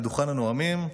לדוכן הנואמים,